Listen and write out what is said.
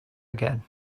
again